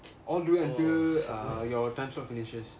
all the way until your time slot finishes